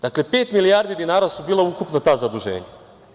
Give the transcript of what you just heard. Dakle, pet milijardi dinara su bila ukupna ta zaduženja.